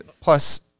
Plus